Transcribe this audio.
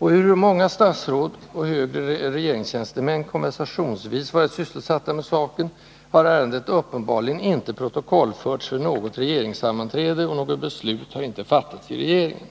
Ehuru många statsråd och högre regeringstjänstemän konversationsvis varit sysselsatta med saken har ärendet uppenbarligen inte protokollförts vid något regeringssammanträde, och något beslut har inte fattats i regeringen.